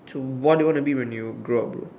so what you want to be when you grow up bro